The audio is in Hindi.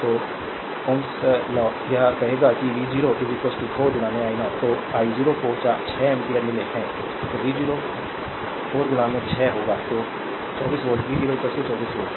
तो s लॉ यह कहेगा कि v0 4 i 0 तो I 0 को 6 एम्पीयर मिले हैं तो v0 4 6 होगा तो 24 वोल्ट v0 24 वोल्ट